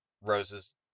Rose's